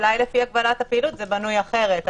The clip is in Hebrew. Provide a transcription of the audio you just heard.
אולי לפי הגבלת הפעילות זה בנוי אחרת,